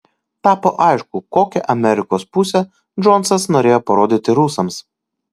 tapo aišku kokią amerikos pusę džonsas norėjo parodyti rusams